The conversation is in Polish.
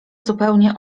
zupełnie